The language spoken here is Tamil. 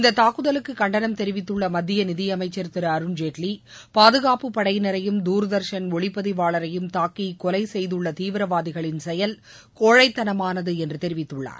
இந்த தூக்குதலுக்கு கண்டனம் தெரிவித்துள்ள மத்திய நிதியமைச்சர் திரு அருண்ஜேட்லி பாதுகாப்புப் படையினரையும் துர்தர்ஷன் ஒளிப்பதிவாளரையும் துக்கி கொலை தீவிரவாதிகளின் செயல் கோழைத்தனமானது என்று தெரிவித்துள்ளார்